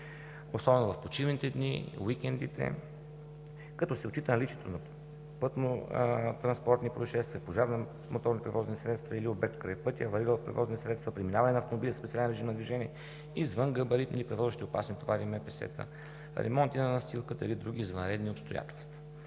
особено в почивните дни, уикендите, като се отчита наличието на пътнотранспортни произшествия, пожар на моторни превозни средства или обект край пътя, аварирали превозни средства, преминаване на автомобили със специален режим на движение, извънгабаритни, превозващи опасни товари, МПС-та, ремонти на настилката или други извънредни обстоятелства.